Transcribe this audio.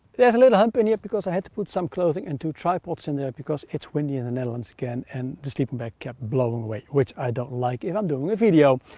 there's a little hump in here because i had to put some clothing and two tripods in there because it's windy in the netherlands again and the sleeping bag kept blowing away. which i don't like if i'm doing a video.